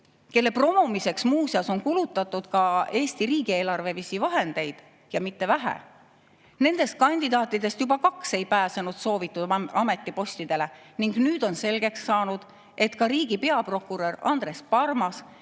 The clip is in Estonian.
kelle promomiseks muuseas on kulutatud ka Eesti riigieelarvelisi vahendeid ja mitte vähe, juba kaks ei pääsenud soovitud ametipostidele. Nüüd on selgeks saanud, et ka riigi peaprokurör Andres Parmas,